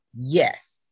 Yes